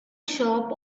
shop